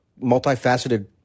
multifaceted